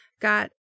got